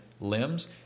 limbs